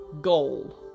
Gold